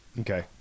okay